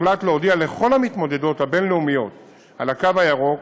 הוחלט להודיע לכל המתמודדות הבין-לאומיות על הקו הירוק